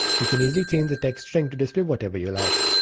you can easily change the text string to display whatever you like.